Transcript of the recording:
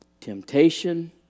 Temptation